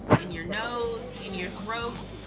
in your nose, in your throat.